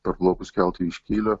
parplaukus keltui iš kylio